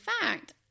fact